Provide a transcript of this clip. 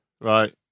Right